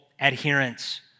adherence